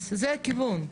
אז זה הכיוון,